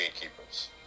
gatekeepers